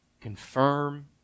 confirm